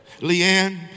Leanne